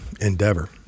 endeavor